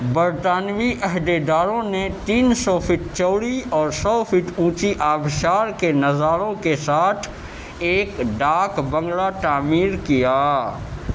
برطانوی عہدے داروں نے تین سو فٹ چوڑی اور سو فٹ اونچی آبشار کے نظاروں کے ساتھ ایک ڈاک بنگلہ تعمیر کیا